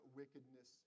wickedness